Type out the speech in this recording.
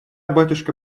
батюшка